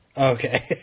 Okay